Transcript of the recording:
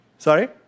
Sorry